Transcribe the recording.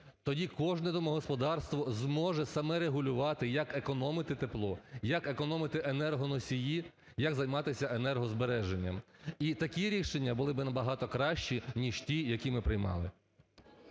тоді кожне домогосподарство зможе саме регулювати як економити тепло, як економити енергоносії, як займатися енергозбереженням. І такі рішення були би набагато кращі ніж ті, які ми приймали.